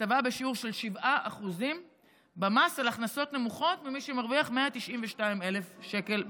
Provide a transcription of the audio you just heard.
הטבה בשיעור של 7% במס על הכנסות נמוכות ממי שמרוויח 192,000 שקל בשנה,